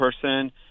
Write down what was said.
person